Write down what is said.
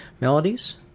Melodies